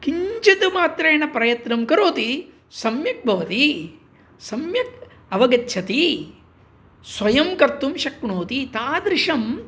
किञ्चित् मात्रेण प्रयत्नं करोति सम्यक् भवति सम्यक् अवगच्छति स्वयं कर्तुं शक्नोति तादृशम्